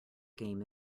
game